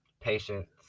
patience